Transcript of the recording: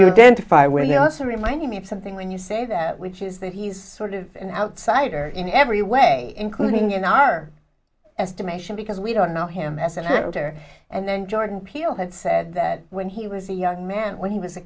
fire where he also reminded me of something when you say that which is that he's sort of an outsider in every way including in our estimation because we don't know him as an actor and then jordan peele had said that when he was a young man when he was a